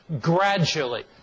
gradually